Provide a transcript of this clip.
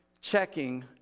checking